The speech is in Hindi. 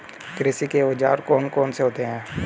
कृषि के औजार कौन कौन से होते हैं?